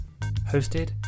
hosted